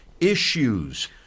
issues